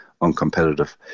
uncompetitive